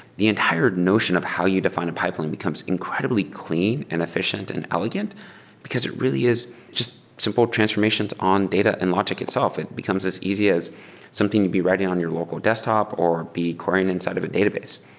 the entire notion of how you define a pipeline becomes incredibly clean and efficient and elegant because it really is just simple transformations on data and logic itself. it becomes as easy as something would be ready on your local desktop or be crying inside of a database.